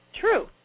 True